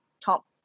top